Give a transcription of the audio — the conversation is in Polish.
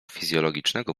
fizjologicznego